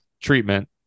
treatment